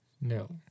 no